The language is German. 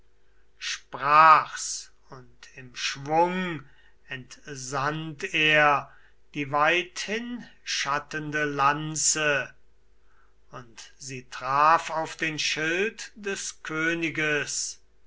sprach's und im schwung entsandt er die weithinschattende lanze und sie traf auf den schild des königes